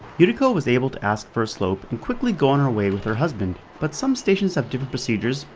yuriko was able to ask for a slope and quickly go on her way with her husband but some stations have different procedures,